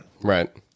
Right